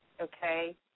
okay